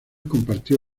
compartió